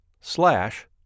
slash